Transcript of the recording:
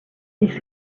this